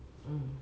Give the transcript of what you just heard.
hmm